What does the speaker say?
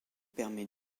permet